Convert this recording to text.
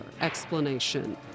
explanation